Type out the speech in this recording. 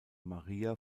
maria